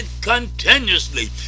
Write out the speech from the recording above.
continuously